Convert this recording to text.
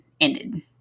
ended